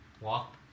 walk